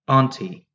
Auntie